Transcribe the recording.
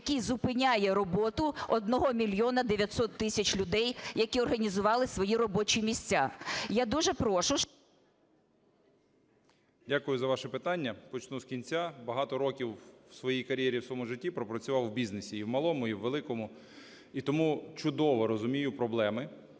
який зупиняє роботу 1 мільйона 900 тисяч людей, які організували свої робочі місця? Я дуже прошу… 17:42:09 ШМИГАЛЬ Д.А. Дякую за ваше питання. Почну з кінця. Багато років в своїй кар'єрі, в своєму житті пропрацював в бізнесі і в малому, і в великому, і тому чудово розумію проблеми.